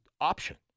option